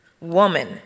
woman